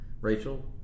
Rachel